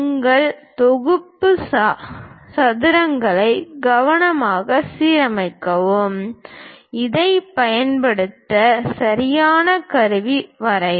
உங்கள் தொகுப்பு சதுரங்களை கவனமாக சீரமைக்கவும் இதைப் பயன்படுத்த சரியான கருவி வரைவு